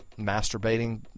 masturbating